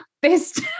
best